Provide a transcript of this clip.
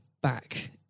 back